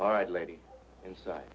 all right lady inside